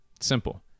Simple